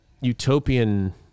utopian